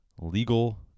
legal